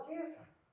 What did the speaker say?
Jesus